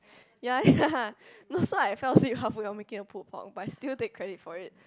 ya ya so I fell asleep halfway while making the pulpo but still take credit from it